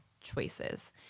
choices